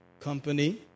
company